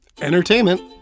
entertainment